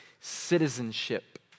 citizenship